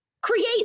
create